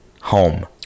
home